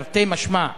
תרתי משמע,